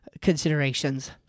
considerations